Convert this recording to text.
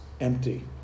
empty